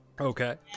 Okay